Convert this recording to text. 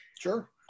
Sure